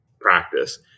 practice